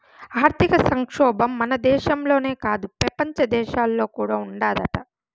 ఆర్థిక సంక్షోబం మన దేశంలోనే కాదు, పెపంచ దేశాల్లో కూడా ఉండాదట